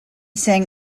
sang